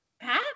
Pat